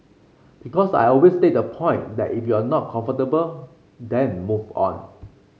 because I always take the point that if you're not comfortable then move on